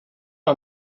are